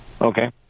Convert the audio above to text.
Okay